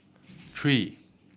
three